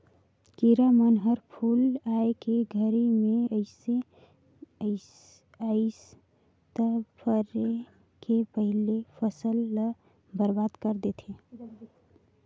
किरा मन हर फूल आए के घरी मे अइस त फरे के पहिले फसल ल बरबाद कर देथे